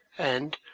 and,